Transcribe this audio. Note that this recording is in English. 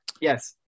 yes